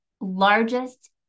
largest